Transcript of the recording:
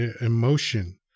emotion